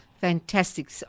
fantastic